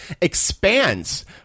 expands